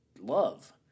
love